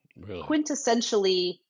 quintessentially